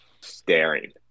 staring